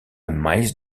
miles